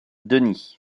denys